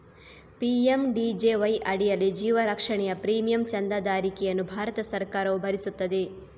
PMJDY ಅಡಿಯಲ್ಲಿ ಜೀವ ರಕ್ಷಣೆಯ ಪ್ರೀಮಿಯಂ ಚಂದಾದಾರಿಕೆಯನ್ನು ಭಾರತ ಸರ್ಕಾರವು ಭರಿಸುತ್ತದೆ